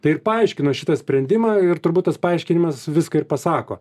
tai ir paaiškino šitą sprendimą ir turbūt tas paaiškinimas viską ir pasako